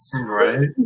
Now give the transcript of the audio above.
Right